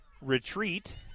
retreat